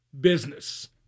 business